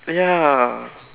ya